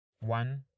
one